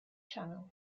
channel